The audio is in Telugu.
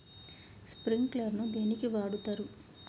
స్ప్రింక్లర్ ను దేనికి వాడుతరు?